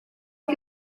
que